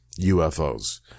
UFOs